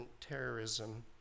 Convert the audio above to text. terrorism